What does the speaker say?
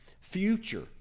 future